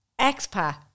Expat